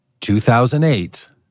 2008